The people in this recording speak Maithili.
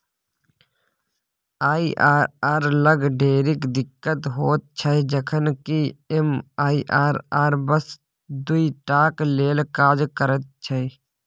आई.आर.आर लग ढेरिक दिक्कत होइत छै जखन कि एम.आई.आर.आर बस दुइ टाक लेल काज करैत छै